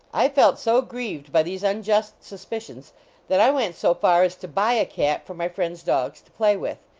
i felt so grieved by these unjust suspicions that i went so far as to buy a cat for my friends dogs to play with.